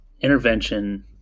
intervention